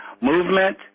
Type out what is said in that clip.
movement